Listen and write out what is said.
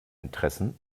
interessen